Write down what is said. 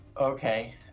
Okay